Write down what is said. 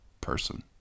person